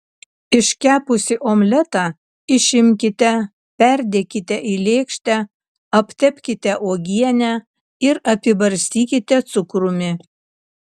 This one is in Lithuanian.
iškepusį omletą išimkite perdėkite į lėkštę aptepkite uogiene ir apibarstykite cukrumi